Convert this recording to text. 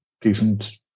decent